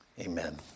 Amen